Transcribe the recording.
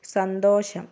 സന്തോഷം